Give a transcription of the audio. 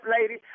Lady